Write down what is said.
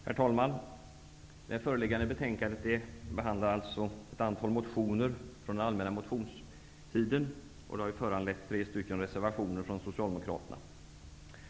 Herr talman! I det föreliggande betänkandet behandlas ett antal motioner från den allmänna motionstiden, och de har föranlett tre reservationer från Socialdemokraterna.